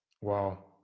Wow